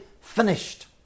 finished